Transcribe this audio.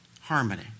harmony